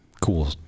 cool